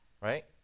Right